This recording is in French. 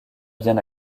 bien